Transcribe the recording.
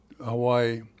Hawaii